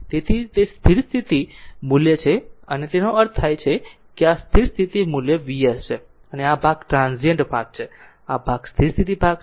તેથી તે સ્થિર સ્થિતિ મૂલ્ય છે જે આ છે તેનો અર્થ એ કે આ સ્થિર સ્થિતિ મૂલ્ય Vs છે અને આ ભાગ ટ્રાન્ઝીયન્ટ ભાગ છે અને આ ભાગ સ્થિર સ્થિતિ ભાગ છે